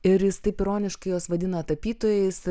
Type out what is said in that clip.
ir jis taip ironiškai juos vadina tapytojais